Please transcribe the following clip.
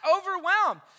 overwhelmed